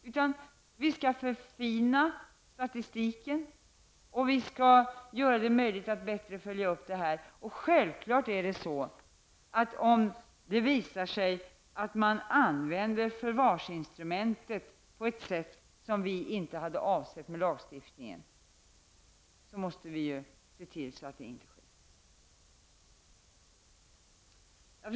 Vi skall därför förfina statistiken. Vi skall göra det möjligt att bättre följa upp detta. Om det visar sig att man använder förvarsinstrumentet på ett sätt som vi inte hade avsett i lagstiftningen, måste vi se till att så inte sker. Fru talman!